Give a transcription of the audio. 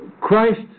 Christ